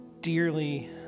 dearly